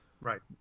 right